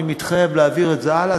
אני מתחייב להעביר את זה הלאה.